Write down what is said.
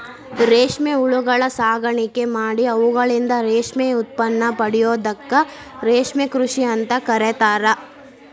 ರೇಷ್ಮೆ ಹುಳಗಳ ಸಾಕಾಣಿಕೆ ಮಾಡಿ ಅವುಗಳಿಂದ ರೇಷ್ಮೆ ಉತ್ಪನ್ನ ಪಡೆಯೋದಕ್ಕ ರೇಷ್ಮೆ ಕೃಷಿ ಅಂತ ಕರೇತಾರ